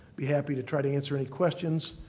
be happy to try to answer any questions.